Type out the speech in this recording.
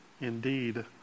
Indeed